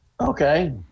Okay